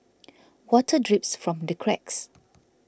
water drips from the cracks